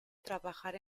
trabajar